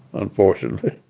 unfortunately